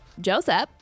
Joseph